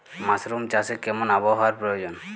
Mushroom চাষে কেমন আবহাওয়ার প্রয়োজন?